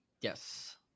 Yes